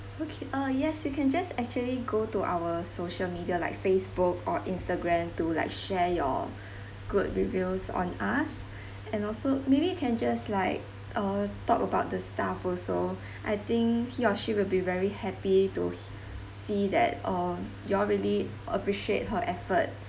okay uh yes you can just actually go to our social media like facebook or instagram to like share your good reviews on us and also maybe you can just like uh talk about the staff also I think he or she will be very happy to h~ see that uh you all really appreciate her effort